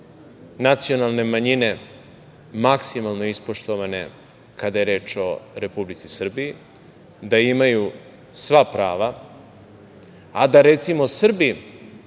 nacionalne manjine maksimalno ispoštovane kada je reč o Republici Srbiji, da imaju sva prava, a da, recimo, Srbi